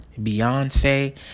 Beyonce